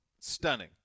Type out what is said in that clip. Stunning